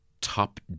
top